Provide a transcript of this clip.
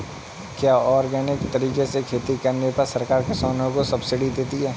क्या ऑर्गेनिक तरीके से खेती करने पर सरकार किसानों को सब्सिडी देती है?